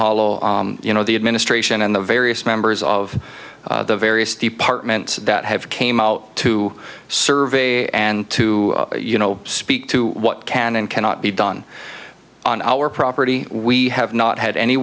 hollow you know the administration and the various members of the various departments that have came out to survey and to you know speak to what can and cannot be done on our property we have not had any